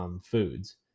foods